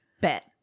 Bet